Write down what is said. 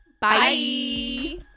Bye